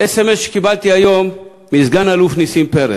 סמ"ס שקיבלתי היום מסגן-אלוף נסים פרץ,